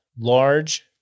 large